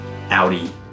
Audi